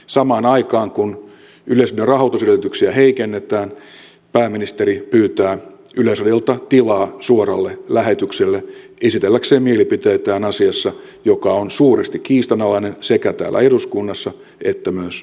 samaan aikaan kun yleisradion rahoitusedellytyksiä heikennetään pääministeri pyytää yleisradiolta tilaa suoralle lähetykselle esitelläkseen mielipiteitään asiassa joka on suuresti kiistanalainen sekä täällä eduskunnassa että työmarkkinoilla